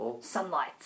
Sunlight